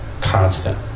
constant